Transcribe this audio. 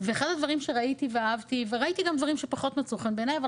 ואחד הדברים שראיתי ואהבתי וראיתי גם דברים שפחות מצאו חן בעיניי,